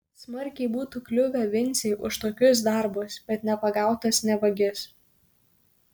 smarkiai būtų kliuvę vincei už tokius darbus bet nepagautas ne vagis